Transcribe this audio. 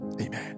Amen